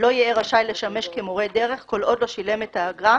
לא יהא רשאי לשמש כמורה דרך כל עוד לא שילם את האגרה,